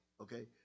Okay